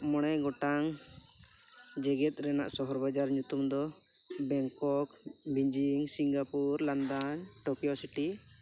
ᱢᱚᱬᱮ ᱜᱚᱴᱟᱝ ᱡᱮᱜᱮᱫ ᱨᱮᱱᱟᱜ ᱥᱚᱦᱚᱨ ᱵᱟᱡᱟᱨ ᱧᱩᱛᱩᱢ ᱫᱚ Bangkok Beijing Singapore London Tokyo city